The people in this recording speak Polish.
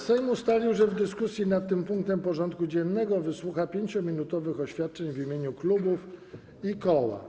Sejm ustalił, że w dyskusji nad tym punktem porządku dziennego wysłucha 5-minutowych oświadczeń w imieniu klubów i koła.